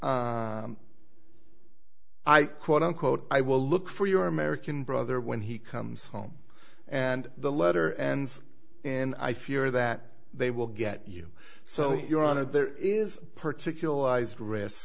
i quote unquote i will look for your american brother when he comes home and the letter and and i fear that they will get you so you're on it there is particular